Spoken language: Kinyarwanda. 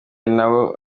nabo